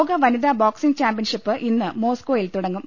ലോക വനിതാ boxing championship ഇന്ന് മോസ്കോയിൽ തുട ങ്ങും